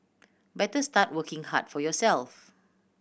better start working hard for yourself